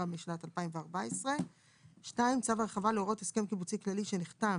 משנת 2014); (2) צו הרחבה להוראות הסכם קיבוצי כללי שנחתם